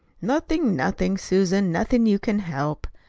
nothing, nothing, susan. nothing you can help.